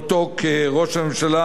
כראש הממשלה,